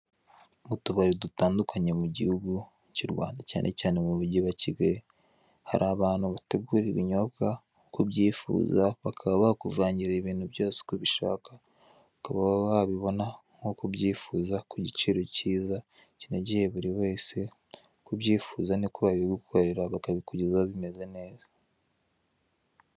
Mu tubari dutandukanye mu gihugu cyane cyane mu mujyi wa Kigali, hari abantu bategura ibinyobwa uko ubyifuza, bakaba bakuvangira ibintu byose uko ubishaka, ukaba wabibona nk'uko ubyifuza, ku giciro kiza kinogeye buri wese, uko ubyifuza niko babigukorera bakabikugezaho bimeze neza.